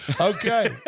Okay